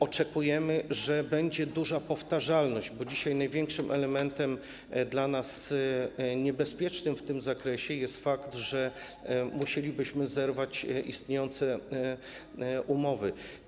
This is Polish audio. Oczekujemy, że będzie duża powtarzalność, bo dzisiaj największym elementem dla nas niebezpiecznym w tym zakresie jest fakt, że musielibyśmy zerwać istniejące umowy.